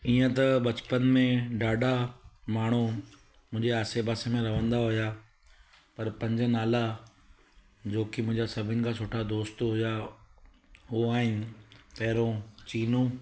ईअं त बचपन में ॾाढा माण्हू मुंहिंजे आसे पासे में रहंदा हुआ पर पंज नाला जोकी मुंहिंजा सभिनि खां सुठा दोस्त हुआ उहे आहिनि पहिरियों चीनू